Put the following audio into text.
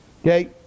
Okay